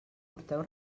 porteu